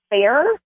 fair